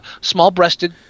Small-breasted